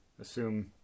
assume